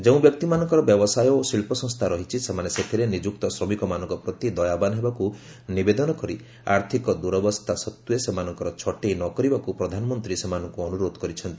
ଯେଉଁ ବ୍ୟକ୍ତିମାନଙ୍କର ବ୍ୟବସାୟ ଓ ଶିଳ୍ପସଂସ୍ଥା ରହିଛି ସେମାନେ ସେଥିରେ ନିଯୁକ୍ତ ଶ୍ରମିକମାନଙ୍କ ପ୍ରତି ଦୟାବାନ ହେବାକୁ ନିବେଦନ କରି ଆର୍ଥିକ ଦୁରାବସ୍ଥା ସତ୍ତ୍ୱେ ସେମାନଙ୍କର ଛଟେଇ ନ କରିବାକୁ ପ୍ରଧାନମନ୍ତ୍ରୀ ସେମାନଙ୍କୁ ଅନୁରୋଧ କରିଛନ୍ତି